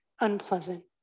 unpleasant